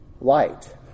light